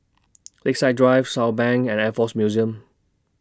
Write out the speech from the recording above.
Lakeside Drive Southbank and Air Force Museum